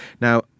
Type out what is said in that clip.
Now